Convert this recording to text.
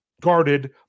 guarded